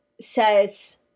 says